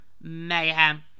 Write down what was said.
Mayhem